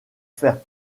faire